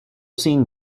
seen